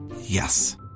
Yes